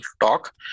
talk